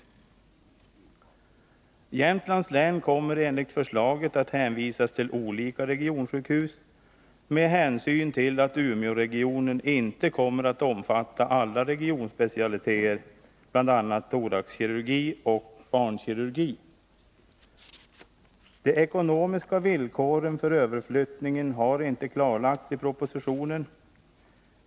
Invånarna i Jämtlands län kommer enligt förslaget att hänvisas till olika regionsjukhus med hänsyn till att Umeåregionen inte kommer att omfatta alla regionspecialiteter, bl.a. thoraxkirurgi och barnkirurgi. De ekonomiska villkoren för överflyttningen har inte klarlagts i propositionen.